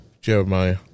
Jeremiah